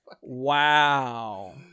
wow